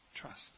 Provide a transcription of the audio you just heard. Trust